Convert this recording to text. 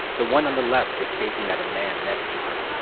the one on the left is keeping that a man next to her.